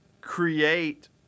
create